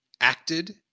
acted